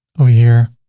over here,